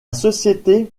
société